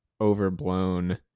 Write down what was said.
overblown